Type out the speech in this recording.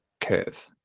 curve